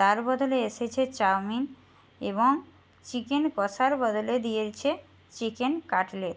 তার বদলে এসেছে চাউমিন এবং চিকেন কষার বদলে দিয়েছে চিকেন কাটলেট